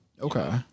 Okay